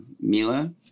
Mila